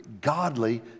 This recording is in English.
godly